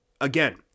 Again